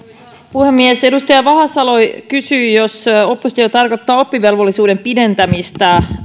puhemies edustaja vahasalo kysyi tarkoittaako oppositio oppivelvollisuuden pidentämistä